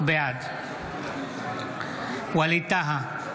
בעד ווליד טאהא,